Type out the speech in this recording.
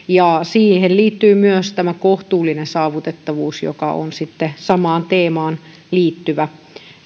ja siihen liittyy myös tämä kohtuullinen saavutettavuus joka on sitten samaan teemaan liittyvä